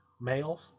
males